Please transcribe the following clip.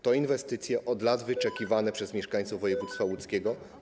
To inwestycje od lat wyczekiwane przez mieszkańców województwa łódzkiego.